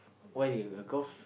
why do you got a golf